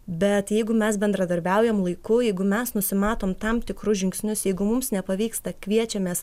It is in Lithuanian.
bet jeigu mes bendradarbiaujam laiku jeigu mes nusimatom tam tikrus žingsnius jeigu mums nepavyksta kviečiamės